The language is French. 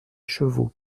chevaux